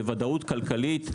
וודאות כלכלית.